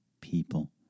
people